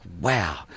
wow